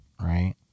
right